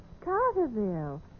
Carterville